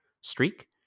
streak